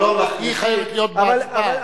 היא חייבת להיות בהצבעה.